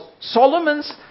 Solomon's